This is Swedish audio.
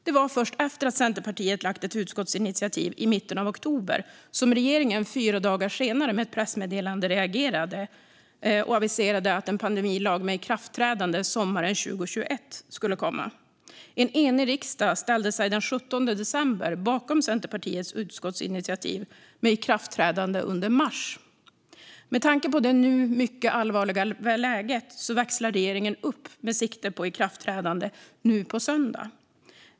Det var först efter att Centerpartiet lagt fram ett utskottsinitiativ i mitten av oktober som regeringen fyra dagar senare reagerade med ett pressmeddelande och aviserade en pandemilag med ikraftträdande sommaren 2021. En enig riksdag ställde sig den 17 december bakom Centerpartiets utskottsinitiativ med ikraftträdande i mars. Med tanke på det mycket allvarliga läget växlar regeringen nu upp med sikte på ikraftträdande nu på söndag.